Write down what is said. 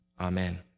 Amen